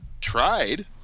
tried